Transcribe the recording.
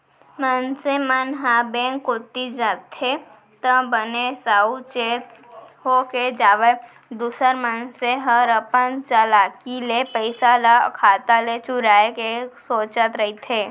मनसे मन ह बेंक कोती जाथे त बने साउ चेत होके जावय दूसर मनसे हर अपन चलाकी ले पइसा ल खाता ले चुराय के सोचत रहिथे